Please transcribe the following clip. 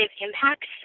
impacts